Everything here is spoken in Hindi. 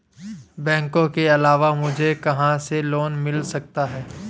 बैंकों के अलावा मुझे कहां से लोंन मिल सकता है?